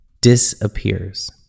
disappears